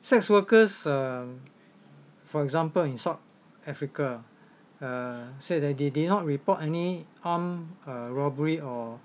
sex workers um for example in south africa uh said that they did not report any armed uh robbery or